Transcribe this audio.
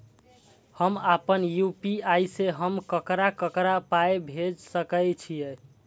हम आपन यू.पी.आई से हम ककरा ककरा पाय भेज सकै छीयै?